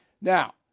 Now